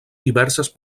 diverses